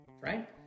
Right